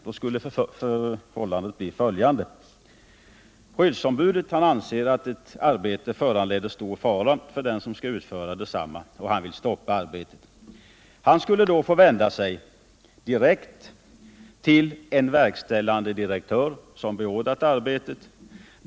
Då skulle förhållandet bli följande: Skyddsombudet anser att arbetet föranleder stor fara för den som skall utföra detsamma, och han vill stoppa arbetet. Han skulle då få vända sig direkt till den verkställande direktör som beordrat arbetet.